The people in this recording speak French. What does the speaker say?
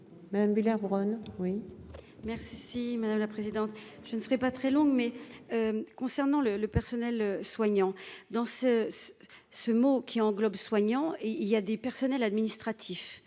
Madame Müller Bronn oui, merci, madame la présidente, je ne. C'est pas très longue, mais concernant le le personnel soignant dans ce ce mot qui englobe soignants et il y a des personnels administratifs,